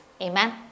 amen